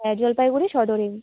হ্যাঁ জলপাইগুড়ি সদরেই